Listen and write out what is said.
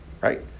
right